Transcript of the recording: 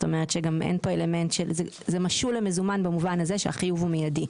זה משול למזומן במובן הזה שהחיוב הוא מיידי,